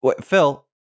Phil